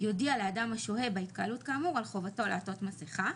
יודיע לאדם השוהה בהתקהלות כאמור על חובתו לעטות מסכה".